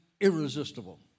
irresistible